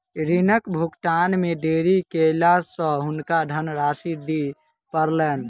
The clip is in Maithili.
ऋणक भुगतान मे देरी केला सॅ हुनका धनराशि दिअ पड़लैन